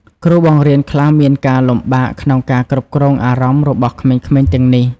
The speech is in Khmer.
គ្រូបង្រៀនខ្លះមានការលំបាកក្នុងការគ្រប់គ្រងអារម្មណ៍របស់ក្មេងៗទាំងនេះ។